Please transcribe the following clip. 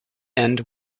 end